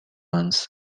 ones